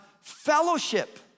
fellowship